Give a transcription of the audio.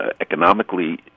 economically